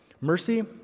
Mercy